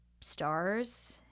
stars